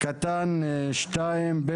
זה סעיף קטן (2)(ב)(א1),